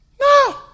No